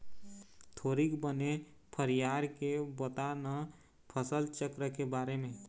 थोरिक बने फरियार के बता न फसल चक्र के बारे म